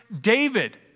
David